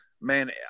man